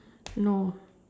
no